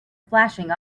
splashing